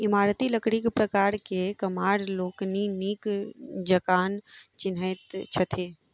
इमारती लकड़ीक प्रकार के कमार लोकनि नीक जकाँ चिन्हैत छथि